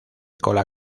cola